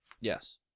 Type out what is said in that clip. Yes